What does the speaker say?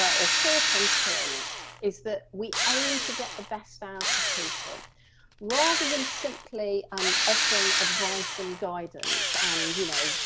ah or core principle in it is that we aim to get the best out of people rather than simply um offering advice and guidance and, you know,